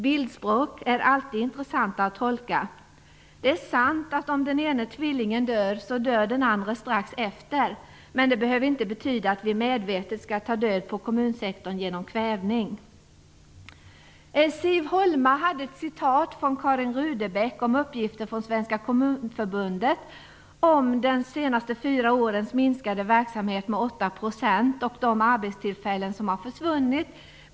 Bildspråk är alltid intressanta att tolka. Det är sant att om den ene tvillingen dör, så dör den andre strax efter. Men det behöver inte betyda att vi medvetet skall ta död på kommunsektorn genom kvävning. Siv Holma citerade Karin Rudebecks uppgifter från Svenska Kommunförbundet. Enligt dessa har kommunerna de senaste fyra åren minskat sin verksamhet med 8 % och många arbetstillfällen har försvunnit.